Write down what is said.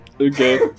Okay